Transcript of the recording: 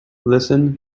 listen